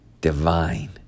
divine